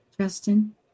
Justin